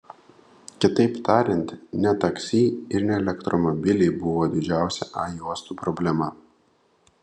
kitaip tariant ne taksi ir ne elektromobiliai buvo didžiausia a juostų problema